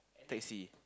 taxi